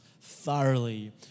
thoroughly